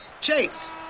Chase